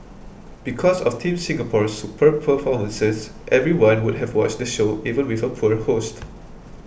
because of Team Singapore's superb performances everyone would have watched the show even with a poor host